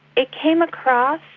it came across